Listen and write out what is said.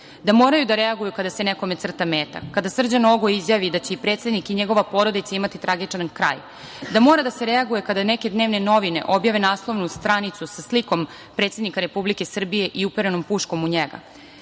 da moraju da reaguju kada se nekome crta meta, kada Srđan Nogo izjavi da će i predsednik i njegova porodica imati tragičan kraj, da mora da se reaguje kad neke dnevne novine objave naslovnu stanicu sa slikom predsednika Republike Srbije i uperenom puškom u njega,